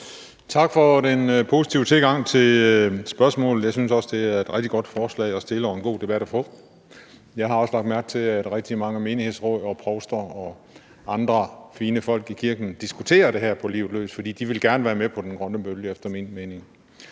Tak for den positive tilgang til spørgsmålet. Jeg synes også, det er et rigtig godt forslag at fremsætte og en god debat at få. Jeg har også lagt mærke til, at rigtig mange menighedsråd og provster og andre fine folk i kirken diskuterer det her på livet løs, fordi de efter min mening gerne vil være med på den grønne bølge. Jeg vil gerne